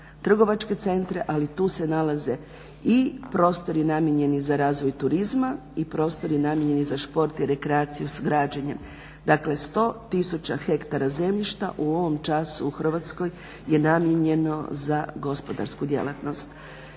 trgovačke centre, ali tu se nalaze i prostori namijenjeni za razvoj turizma i prostori namijenjeni za šport i rekreaciju s građenjem, dakle 100 tisuća hektara zemljišta u ovom času u Hrvatskoj je namijenjeno za gospodarsku djelatnost.